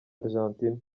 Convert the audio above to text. argentina